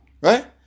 right